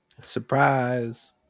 Surprise